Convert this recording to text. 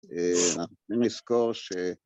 נזכור ש...